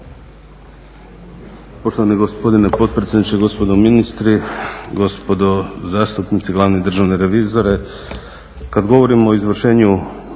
Poštovani gospodine potpredsjedniče, gospodo ministri, gospodo zastupnici, glavni državni revizore. Kad govorimo o izvršenju